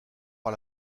par